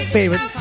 Favorite